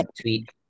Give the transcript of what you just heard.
tweet